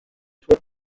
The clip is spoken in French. toi